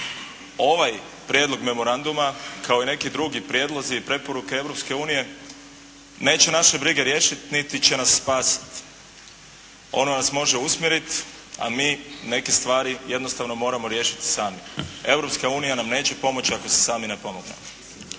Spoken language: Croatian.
ovaj prijedlog memoranduma kao i neki drugi prijedlozi i preporuke Europske unije neće naše brige riješit niti će nas spasit. Ono nas može usmjerit a mi neke stvari jednostavno moramo riješiti sami. Europska unija nam neće pomoći ako si sami ne pomognemo.